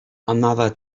another